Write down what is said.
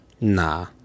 Nah